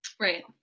Right